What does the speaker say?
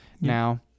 now